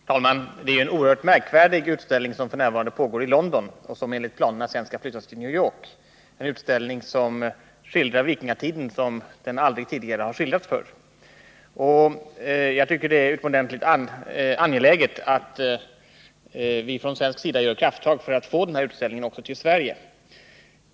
Herr talman! Det är en oerhört märklig utställning som f. n. pågår i London och som enligt planerna sedan skall flyttas till New York — en utställning som skildrar vikingatiden på ett sätt som den aldrig tidigare har skildrats förr. Jag tycker att det är utomordentligt angeläget att vi från svensk sida gör krafttag för att få den här utställningen också till Sverige.